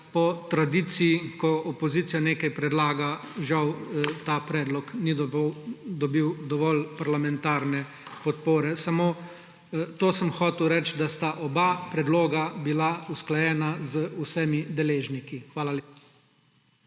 po tradiciji, ko opozicija nekaj predlaga, žal ta predlog ni dobil dovolj parlamentarne podpore. Samo to sem hotel reči, da sta oba predloga bila usklajena z vsemi deležniki. Hvala lepa.